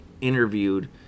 interviewed